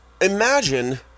imagine